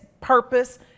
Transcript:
purpose